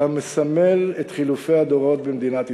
אתה מסמל את חילופי הדורות במדינת ישראל,